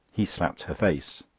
he slapped her face.